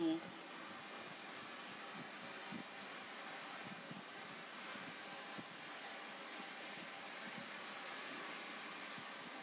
hmm